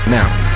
Now